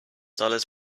dollars